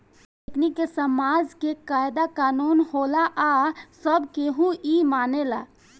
एकनि के समाज के कायदा कानून होला आ सब केहू इ मानेला